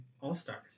all-stars